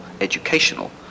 educational